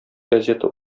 газета